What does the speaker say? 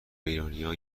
ایرانیا